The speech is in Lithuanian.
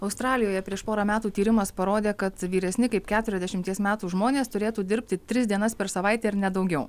australijoje prieš porą metų tyrimas parodė kad vyresni kaip keturiasdešimties metų žmonės turėtų dirbti tris dienas per savaitę ir ne daugiau